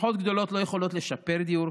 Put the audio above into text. משפחות גדולות לא יכולות לשפר דיור.